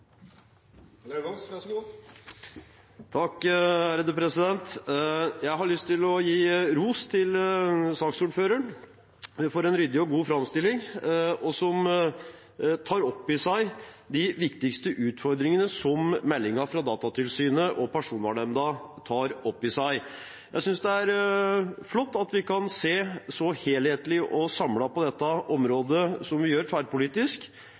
god framstilling, som tar opp i seg de viktigste utfordringene som meldingen fra Datatilsynet og Personvernnemnda omhandler. Jeg synes det er flott at vi kan se så helhetlig og samlet på dette området som vi gjør, tverrpolitisk,